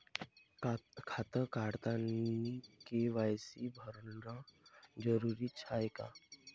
खातं काढतानी के.वाय.सी भरनं जरुरीच हाय का?